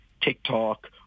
TikTok